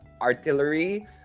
artillery